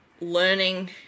learning